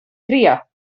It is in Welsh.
crio